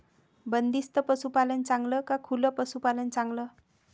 बंदिस्त पशूपालन चांगलं का खुलं पशूपालन चांगलं?